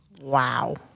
Wow